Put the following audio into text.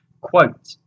Quote